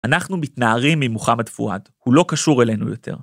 אנחנו מתנערים ממוחמד פואד, הוא לא קשור אלינו יותר.